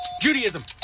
Judaism